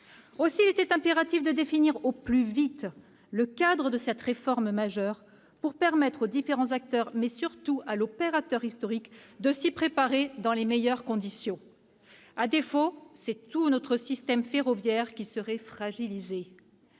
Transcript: Aussi était-il impératif de définir au plus vite le cadre de cette réforme majeure pour permettre aux différents acteurs, mais surtout à l'opérateur historique, de s'y préparer dans les meilleures conditions. À défaut, c'est tout notre système ferroviaire qui serait fragilisé.